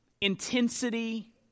intensity